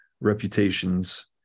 reputations